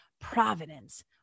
providence